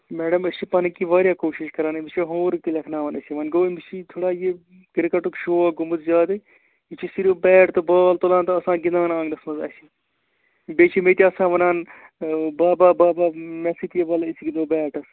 madam أسۍ چھِ پَنٕنۍ کِنۍ واریاہ کوٗشِش کران أمِس چھِ ہوٗم ؤرٕک تہِ لیکھناوان أسۍ وۅنۍ گوٚو أمِس چھِ تھوڑا یہِ کِرکَٹُک شوق گوٚمُت زیادٕے یہِ چھُ صِرِف بیٹ تہٕ بال تُلان آسان گِنٛدان آنٛگٕنَس منٛز اَسہِ بیٚیہِ چھِ یِم ییٚتہِ آسان وَنان بابا بابا مےٚ سٍتۍ یہِ وَلہٕ أسۍ گِنٛدَو بیٹَس